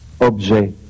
objet